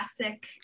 classic